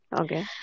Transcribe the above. Okay